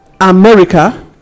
america